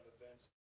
events